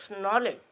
knowledge